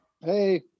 hey